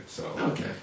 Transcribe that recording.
Okay